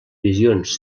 visions